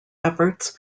efforts